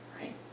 right